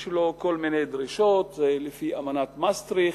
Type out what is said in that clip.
יש לו כל מיני דרישות לפי אמנת מסטריכט,